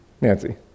Nancy